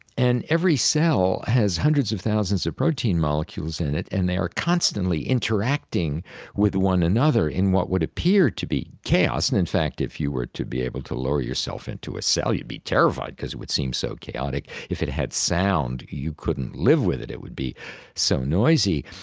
and every cell has hundreds of thousands of protein molecules in it and they are constantly interacting with one another in what would appear to be chaos. and in fact, if you were to be able to lower yourself into a cell, you'd be terrified because it would seem so chaotic. if it had sound, you couldn't live with it, it would be so noisy.